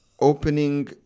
opening